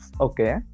okay